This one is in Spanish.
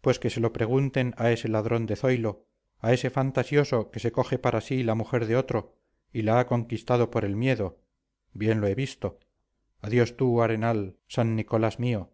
pues que se lo pregunten a ese ladrón de zoilo a ese fantasioso que se coge para sí la mujer de otro y la ha conquistado por el miedo bien lo he visto adiós tú arenal san nicolás mío